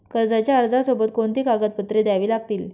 कर्जाच्या अर्जासोबत कोणती कागदपत्रे द्यावी लागतील?